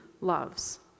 loves